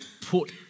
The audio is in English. put